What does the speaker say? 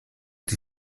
die